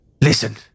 Listen